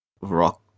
rock